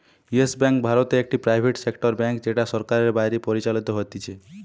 yes Bank ভারতে একটি private sector bank যেটা সরকারের বাইরে পরিচালিত হতিছে